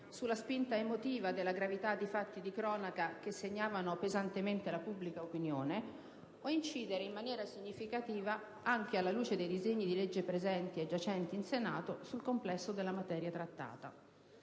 (sulla spinta emotiva della gravità di fatti di cronaca che colpivano pesantemente la pubblica opinione) e quella di incidere in maniera significativa, anche alla luce dei disegni di legge presenti e giacenti in Senato, sul complesso della materia trattata.